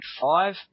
five